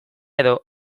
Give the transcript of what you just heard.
edo